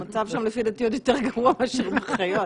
המצב שם, לפי דעתי, עוד יותר גרוע מאשר בחיות.